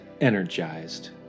energized